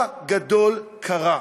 שאירוע גדול קרה,